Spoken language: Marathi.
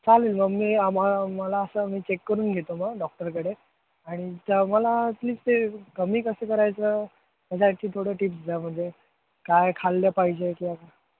चालेल मग मी आमा मला असं मी चेक करून घेतो मग डॉक्टरकडे आणि तर मला प्लीज ते कमी कसं करायचं त्याच्यासाठी थोड्या टिप्स द्या म्हणजे काय खाल्लं पाहिजे किंवा